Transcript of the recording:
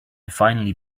finally